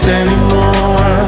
anymore